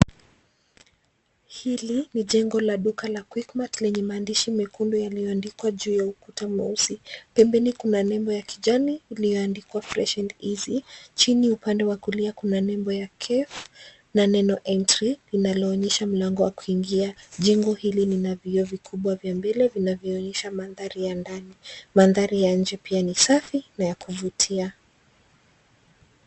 Hili ni jengo la duka la Quickmart lenye maandishi mekundu yaliyoandikwa juu ya ukuta mweusi. Pembeni, kuna nembo ya kijani iliyoandikwa 'Fresh and Easy'. Chini, upande wa kulia, kuna nembo ya Cave na neno 'Entry' linaloonyesha mlango wa kuingia. Jengo hili lina vioo vikubwa vya mbele vinavyoonyesha mandhari ya ndani. Mandhari ya nje pia ni safi na ya kuvutia.